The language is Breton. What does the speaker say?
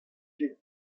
fin